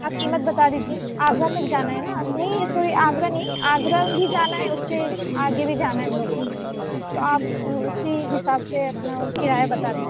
آپ قیمت بتا دیجیے آگرہ تک جانا ہے نا نہیں سوری آگرہ نہیں آگرہ بھی جانا ہے اُس سے آگے بھی جانا ہے ہم لوگوں کو تو آپ اُسی حساب سے اپنا کرایہ بتا دیجیے